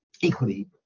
Equally